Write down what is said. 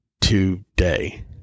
today